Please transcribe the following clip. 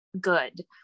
good